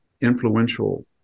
influential